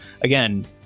again